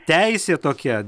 teisė tokia